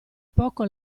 poco